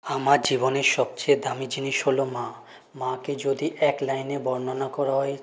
আমার জীবনের সবচেয়ে দামি জিনিস হল মা মাকে যদি এক লাইনে বর্ণনা করা হয়